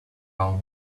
own